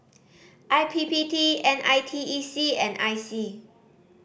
I P P T N I T E C and I C